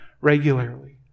regularly